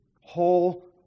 whole